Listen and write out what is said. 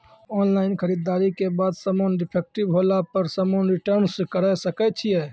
Online खरीददारी के बाद समान डिफेक्टिव होला पर समान रिटर्न्स करे सकय छियै?